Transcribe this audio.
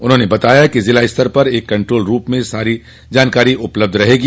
उन्होंने बताया कि जिला स्तर पर एक कंट्रोल रूप में सारी जानकारी उपलब्ध रहेगी